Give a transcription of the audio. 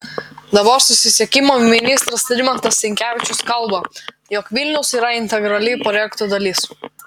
dabar susisiekimo ministras rimantas sinkevičius kalba jog vilnius yra integrali projekto dalis